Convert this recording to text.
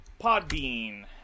Podbean